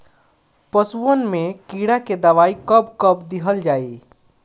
पशुअन मैं कीड़ा के दवाई कब कब दिहल जाई?